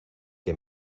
que